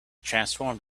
transformed